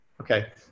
Okay